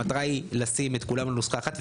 המטרה היא לשים את כולם בנוסחה אחת.